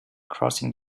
crossing